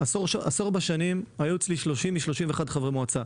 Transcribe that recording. עשור בשנים היו אצלי 31-30 חברי מועצה,